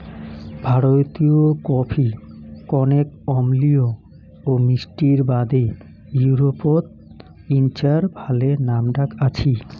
ভারতীয় কফি কণেক অম্লীয় ও মিষ্টির বাদে ইউরোপত ইঞার ভালে নামডাক আছি